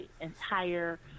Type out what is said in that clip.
entire